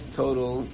total